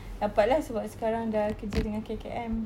dapat lah sebab sekarang sudah kerja dengan K_K_M